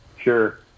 Sure